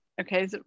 okay